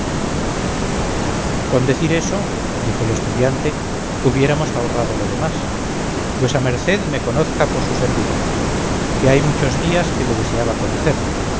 con decir eso dijo el estudiante hubiéramos ahorrado lo demás vuesa merced me conozca por su servidor que hay muchos días que le deseaba conocer